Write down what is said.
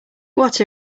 what